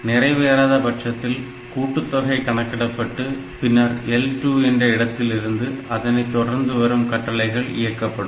நிறைவேறாத பட்சத்தில் கூட்டுத்தொகை கணக்கிடப்பட்டு பின்னர் L2 என்ற இடத்திலிருந்து அதனைத் தொடர்ந்து வரும் கட்டளைகள் இயக்கப்படும்